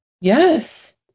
Yes